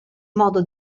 modo